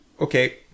Okay